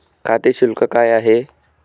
खाते शुल्क काय आहे?